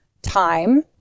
time